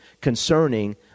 concerning